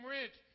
rich